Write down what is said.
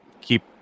keep